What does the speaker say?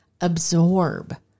Absorb